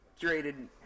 curated